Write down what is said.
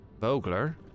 Vogler